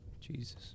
Jesus